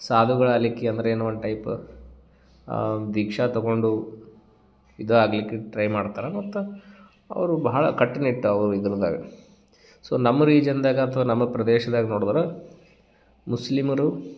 ಸಾಧುಗಳು ಆಲಿಕ್ಕೆ ಅಂದರೆ ಏನೋ ಒಂದು ಟೈಪು ದೀಕ್ಷಾ ತಗೊಂಡು ಇದು ಆಗಲಿಕ್ಕೆ ಟ್ರೈ ಮಾಡ್ತಾರೆ ಮತ್ತು ಅವರು ಭಾಳ ಕಟ್ಟುನಿಟ್ಟು ಅವರು ಇದುರ್ದಾಗ ಸೊ ನಮ್ಮ ರೀಜನ್ದಾಗ ಅಥ್ವ ನಮ್ಮ ಪ್ರದೇಶದಾಗ ನೋಡದ್ರೆ ಮುಸ್ಲಿಮರು